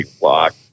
block